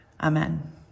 Amen